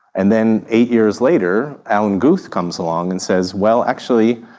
and then eight years later alan guth comes along and says, well, actually,